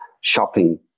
shopping